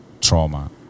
trauma